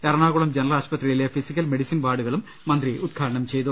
Ernakulam general ആശുപത്രിയിലെ physical medicine വാർഡു കളും മന്ത്രി ഉദ്ഘാടനം ചെയ്തു